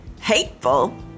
hateful